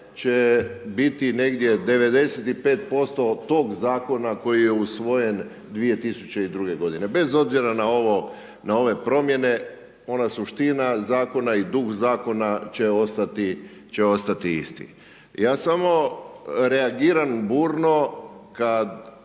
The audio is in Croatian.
će biti negdje 95% tog zakona koji je usvojen 2002. godine, bez obzira na ove promjene, ona suština zakona i duh zakona će ostati isti. Ja samo reagiram burno kada